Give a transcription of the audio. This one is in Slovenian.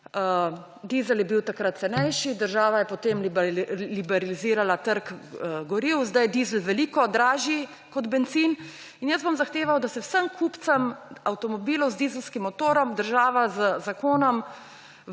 Dizel je bil takrat cenejši, država je potem liberalizirala trg goriv, zdaj je dizel veliko dražji kot bencin in bom zahteval, da vsem kupcem avtomobilov z dizelskim motorjem država z zakonom